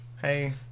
Hey